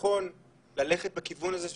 אז אני חושב שנכון ללכת בכיוון הזה שהמדינה,